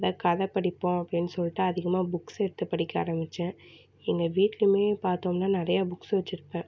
எதாது கதை படிப்போம் அப்படினு சொல்லிட்டு அதிகமாக புக்ஸ் எடுத்து படிக்க ஆரமிச்சேன் எங்கள் வீட்லேயுமே பார்த்தோம்னா நிறையா புக்ஸ் வச்சுருப்பேன்